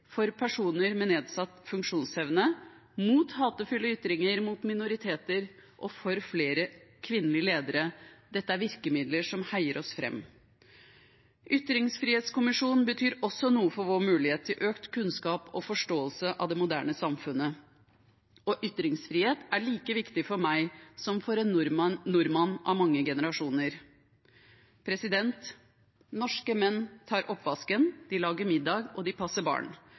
for personer med nedsatt funksjonsevne, mot hatefulle ytringer mot minoriteter og for flere kvinnelige ledere – dette er virkemidler som heier oss fram. Ytringsfrihetskommisjonen betyr også noe for vår mulighet til økt kunnskap om og forståelse av det moderne samfunnet, og ytringsfrihet er like viktig for meg som for en nordmann av mange generasjoner. Norske menn tar oppvasken, de lager middag, og de passer barn.